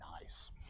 nice